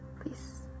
please